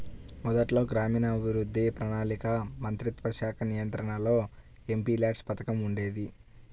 మొదట్లో గ్రామీణాభివృద్ధి, ప్రణాళికా మంత్రిత్వశాఖ నియంత్రణలో ఎంపీల్యాడ్స్ పథకం ఉండేది